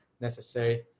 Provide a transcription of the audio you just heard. necessary